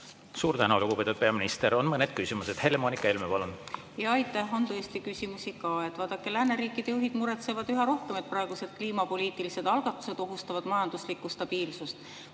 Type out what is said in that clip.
Suur tänu, lugupeetud peaminister! On mõned küsimused. Helle-Moonika Helme, palun! Aitäh! On tõesti küsimusi ka. Vaadake, lääneriikide juhid muretsevad üha rohkem, et praegused kliimapoliitilised algatused ohustavad majanduslikku stabiilsust.